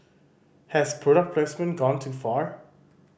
has product placement gone too far